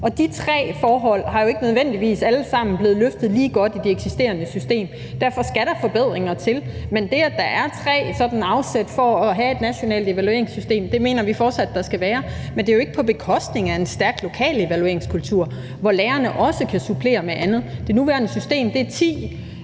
De tre forhold er jo ikke nødvendigvis alle sammen blevet løftet lige godt i det eksisterende system. Derfor skal der forbedringer til. Men vi mener fortsat, at der skal være tre sådanne afsæt for at have et nationalt evalueringssystem. Men det er jo ikke på bekostning af en stærk lokal evalueringskultur, hvor lærerne også kan supplere med andet. Det nuværende system omfatter ti